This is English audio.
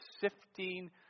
sifting